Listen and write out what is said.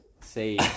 say